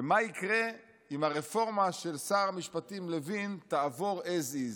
ומה יקרה אם הרפורמה של שר המשפטים לוין תעבור as is,